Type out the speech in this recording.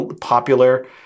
popular